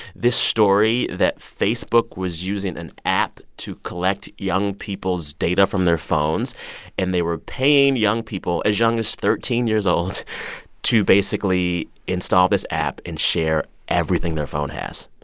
this story that facebook was using an app to collect young people's data from their phones and they were paying young people as young as thirteen years old to basically install this app and share everything their phone has.